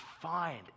find